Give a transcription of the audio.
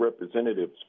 Representatives